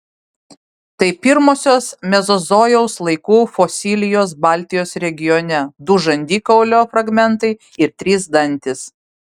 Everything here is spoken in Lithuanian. tai pirmosios mezozojaus laikų fosilijos baltijos regione du žandikaulio fragmentai ir trys dantys